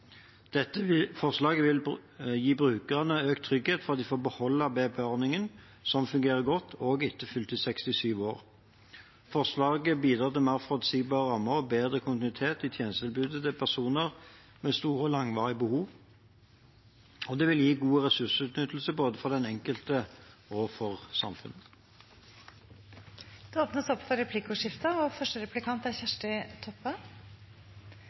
Dette forslaget vil gi brukerne økt trygghet for at de får beholde BPA-ordningen, som fungerer godt, også etter fylte 67 år. Forslaget bidrar til mer forutsigbare rammer og bedre kontinuitet i tjenestetilbudet til personer med store og langvarige behov, og det vil gi god ressursutnyttelse både for den enkelte og for samfunnet. Det blir replikkordskifte.